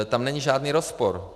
Tam není žádný rozpor.